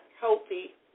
healthy